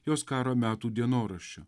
jos karo metų dienoraščių